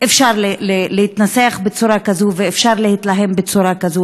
אפשר להתנסח בצורה כזו ואפשר להתלהם בצורה כזו.